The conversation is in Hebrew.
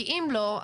כי אם לא,